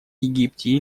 египте